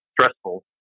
stressful